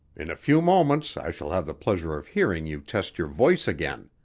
in a few moments i shall have the pleasure of hearing you test your voice again.